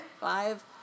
five